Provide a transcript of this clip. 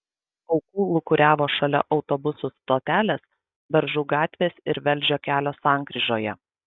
aukų lūkuriavo šalia autobusų stotelės beržų gatvės ir velžio kelio sankryžoje